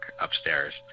upstairs